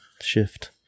shift